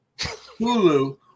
Hulu